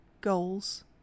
goals